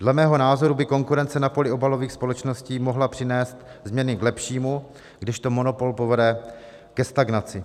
Dle mého názoru by konkurence na poli obalových společností mohla přinést změny k lepšímu, kdežto monopol povede ke stagnaci.